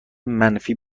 منفی